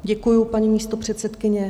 Děkuju, paní místopředsedkyně.